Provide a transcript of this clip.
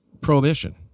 Prohibition